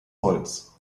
holz